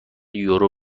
یورو